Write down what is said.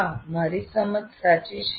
હા મારી સમજ સાચી છે